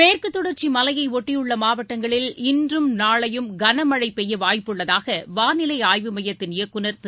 மேற்குத் தொடர்ச்சி மலையை ஒட்டியுள்ள மாவட்டங்களில் இன்றும் நாளையும் கனமழை பெய்ய வாய்ப்புள்ளதாக வானிலை ஆய்வு மையத்தின் இயக்குநர் திரு